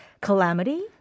calamity